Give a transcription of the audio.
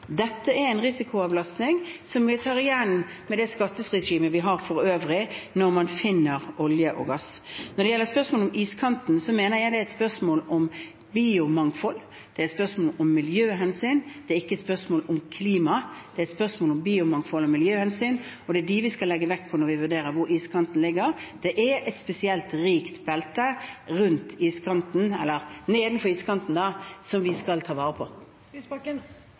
dette er en risikoavlastning som vi tar igjen med det skatteregimet vi har for øvrig når man finner olje og gass. Når det gjelder spørsmålet om iskanten, mener jeg det er et spørsmål om biomangfold, det er et spørsmål om miljøhensyn – det er ikke et spørsmål om klima. Det er et spørsmål om biomangfold og miljøhensyn, og det er det vi skal legge vekt på når vi vurderer hvor iskanten ligger. Det er et spesielt rikt belte nedenfor iskanten, som vi skal ta vare på. Audun Lysbakken